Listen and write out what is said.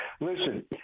Listen